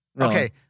Okay